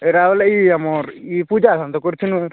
ଏଇଟା ବୋଲେ ଇ ଆମର୍ ଇ ଥୁଜା ଧାନ୍ ତ କରିଥିଲୁଁ